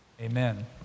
amen